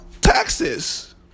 Taxes